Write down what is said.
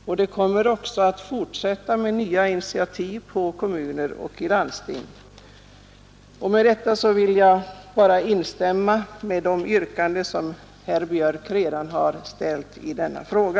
Nya initiativ kommer också att tas inom kommuner och landsting. Jag ber att få instämma i de yrkanden som herr Björk i Göteborg ställt i denna fråga.